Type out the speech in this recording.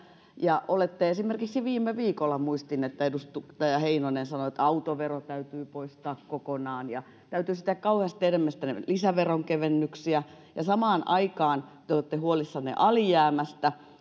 ja muistin että esimerkiksi viime viikolla edustaja heinonen sanoi että autovero täytyy poistaa kokonaan ja täytyisi kauheasti tehdä lisäveronkevennyksiä samaan aikaan te te olette huolissanne alijäämästä